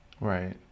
Right